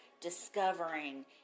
Discovering